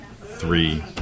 three